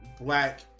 black